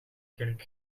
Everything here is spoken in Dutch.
kerk